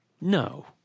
No